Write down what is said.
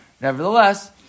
nevertheless